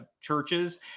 churches